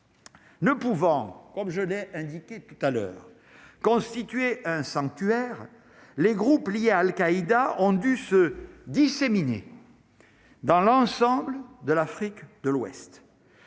Ne pouvant, comme je l'ai indiqué tout à l'heure, constituer un sanctuaire, les groupes liés à Al-Qaïda ont dû se disséminer. Dans l'ensemble de l'Afrique de l'Ouest,